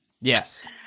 Yes